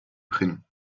prénoms